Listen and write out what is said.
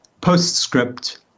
postscript